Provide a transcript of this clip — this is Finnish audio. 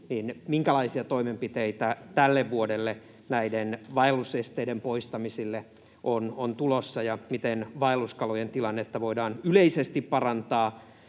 minkälaisia toimenpiteitä tälle vuodelle näiden vaellusesteiden poistamisille on tulossa ja miten vaelluskalojen tilannetta voidaan yleisesti parantaa